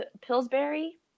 Pillsbury